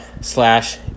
slash